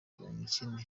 umukene